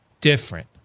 different